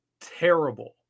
terrible